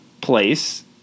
place